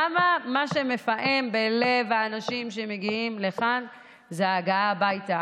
כמה מה שמפעם בלב האנשים שמגיעים לכאן זה ההגעה הביתה.